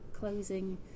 closing